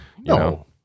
No